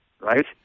right